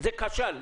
זה כשל.